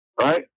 right